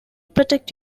protect